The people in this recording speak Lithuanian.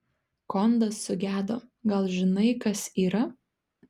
kondas sugedo gal žinai kas yra